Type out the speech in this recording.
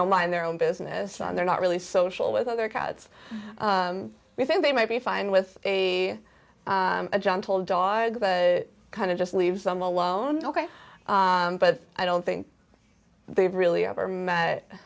know mind their own business and they're not really social with other cats we think they might be fine with a gentle dog kind of just leaves them alone ok but i don't think they've really ever met